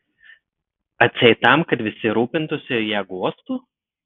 atseit tam kad visi rūpintųsi ir ją guostų